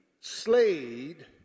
slayed